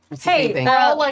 Hey